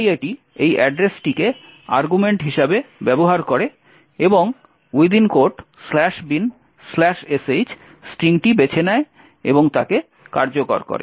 তাই এটি এই অ্যাড্রেসটিকে আর্গুমেন্ট হিসাবে ব্যবহার করে এবং binsh স্ট্রিংটি বেছে নেয় এবং তাকে কার্যকর করে